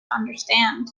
understand